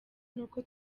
n’uko